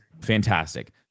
fantastic